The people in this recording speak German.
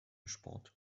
sport